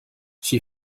she